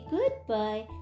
Goodbye